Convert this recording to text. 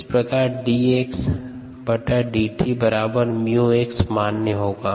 इस प्रकार dxdt बराबर 𝜇x मान्य होगा